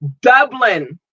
Dublin